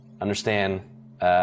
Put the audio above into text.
understand